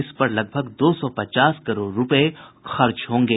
इस पर लगभग दो सौ पचास करोड़ रूपये खर्च होंगे